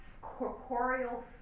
corporeal